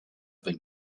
been